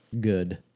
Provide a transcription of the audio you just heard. good